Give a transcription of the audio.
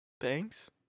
Thanks